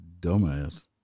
dumbass